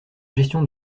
gestion